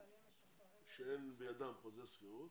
שאין בידם חוזה שכירות.